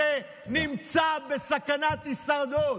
חצי מהעם הזה נמצא בסכנת הישרדות,